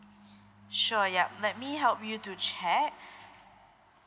sure yup let me help you to check